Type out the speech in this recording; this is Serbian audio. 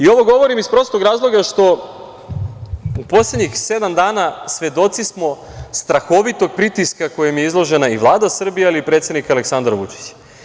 Ovo govorim iz prostog razloga što u poslednjih sedam dana svedoci smo strahovitog pritiska kojem je izložena i Vlada Srbije, ali i predsednik Aleksandar Vučić.